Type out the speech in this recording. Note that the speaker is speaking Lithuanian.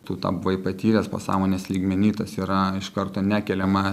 tu tampai patyręs pasąmonės lygmeny tas yra iš karto nekelia man